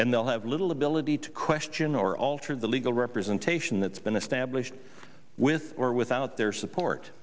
and they'll have little ability to question or alter the legal representation that's been established with or without their support